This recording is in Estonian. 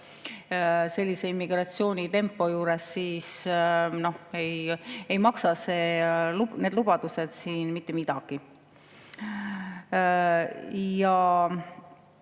sellise immigratsioonitempo juures, siis ei maksa need lubadused mitte midagi. Ja